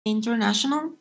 International